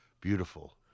beautiful